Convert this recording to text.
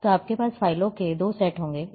तो आपके पास फ़ाइलों के दो सेट होंगे